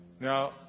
Now